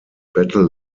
battle